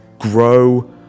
Grow